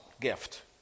gift